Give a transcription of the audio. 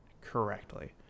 correctly